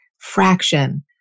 fraction